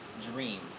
dream